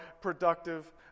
productive